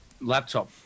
laptop